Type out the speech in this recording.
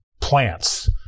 plants